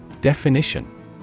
Definition